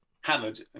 hammered